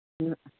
ꯎꯝ